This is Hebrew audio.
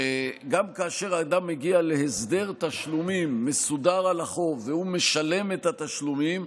שגם כאשר אדם מגיע להסדר תשלומים מסודר על החוב והוא משלם את התשלומים,